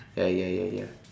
ya ya ya ya